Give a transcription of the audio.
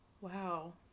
Wow